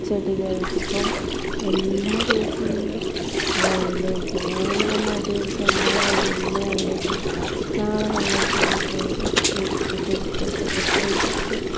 ചെടികൾക്കും എല്ലാ ദിവസവും നമ്മൾ വെള്ളമൊഴിക്കണം നമ്മളിങ്ങനെ മടി പിടിച്ച് എന്നാൽ വേണ്ട ഇന്ന് വെള്ളമൊഴിക്കേണ്ട നാളെ വെള്ളമൊഴിക്കാം എന്ന് വച്ച് വച്ച് ഒരിക്കലും ഇരിക്കരുത് പ്രത്യേകിച്ച്